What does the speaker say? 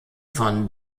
von